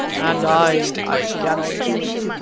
and i, i cannot do it,